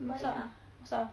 masak ah masak